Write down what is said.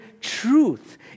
truth